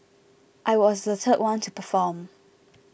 I was the third one to perform